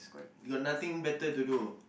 we got nothing better to do